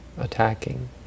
attacking